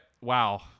wow